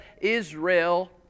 Israel